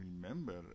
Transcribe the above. remember